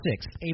six